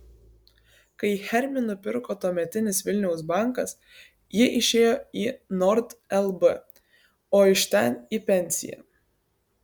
kai hermį nupirko tuometis vilniaus bankas ji išėjo į nord lb o iš ten į pensiją